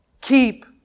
keep